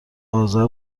آذر